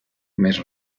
més